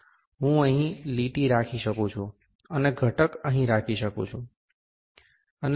હું અહીં લીટી રાખી શકું છું અને ઘટક અહીં રાખી શકું છું